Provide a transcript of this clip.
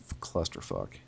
clusterfuck